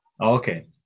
Okay